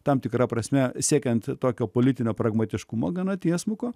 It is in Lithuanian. tam tikra prasme siekiant tokio politinio pragmatiškumo gana tiesmuko